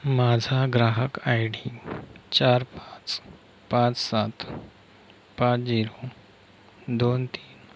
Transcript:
माझा ग्राहक ID चार पाच पाच सात पाच झिरो दोन तीन